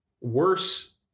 worse